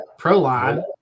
Proline